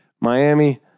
Miami